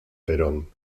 perón